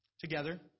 Together